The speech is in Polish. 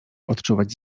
odczuwać